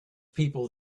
people